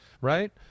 right